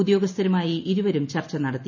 ഉദ്യോഗസ്ഥരുമായി ഇരുവരും ചർച്ച നടത്തി